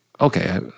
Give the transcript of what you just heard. okay